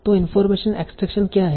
तो information extraction क्या है